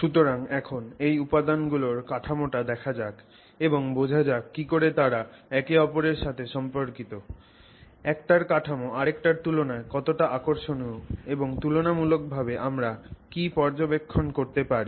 সুতরাং এখন এই উপাদানগুলোর কাঠামোটা দেখা যাক এবং বোঝা যাক কিকরে তারা একে অপরের সাথে সম্পর্কিত একটির কাঠামো আরেকটির তুলনায় কতটা আকর্ষণীয় এবং তুলণামূলক ভাবে আমরা কি পর্যবেক্ষণ করতে পারি